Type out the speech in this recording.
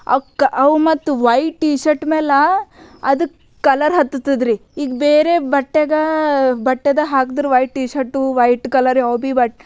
ಅಕ್ ಅವ್ಕೆ ಮತ್ತು ವಯ್ಟ್ ಟಿ ಶರ್ಟ್ ಮ್ಯಾಲ ಅದಕ್ಕೆ ಕಲರ್ ಹತ್ತತದ್ರಿ ಈಗ ಬೇರೆ ಬಟ್ಟೆಗೆ ಬಟ್ಟೆದ ಹಾಕ್ದ್ರೆ white T shirt white colour ಯಾವು ಭೀ ಬಟ್